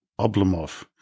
Oblomov